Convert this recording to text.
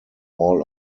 all